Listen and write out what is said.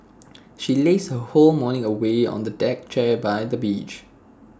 she lazed her whole morning away on A deck chair by the beach